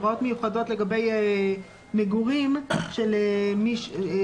הוראות מיוחדות לגבי מגורים של מי שמתנדב שהוא עולה חדש.